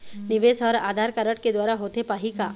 निवेश हर आधार कारड के द्वारा होथे पाही का?